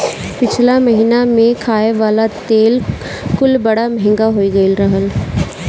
पिछला महिना में खाए वाला तेल कुल बड़ा महंग हो गईल रहल हवे